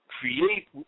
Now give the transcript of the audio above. create